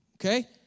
Okay